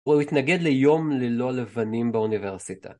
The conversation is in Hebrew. הוא התנגד ליום ללא לבנים באוניברסיטה.